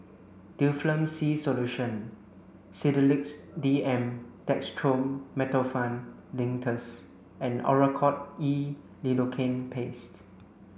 Difflam C Solution Sedilix D M Dextromethorphan Linctus and Oracort E Lidocaine Paste